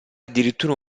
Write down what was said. addirittura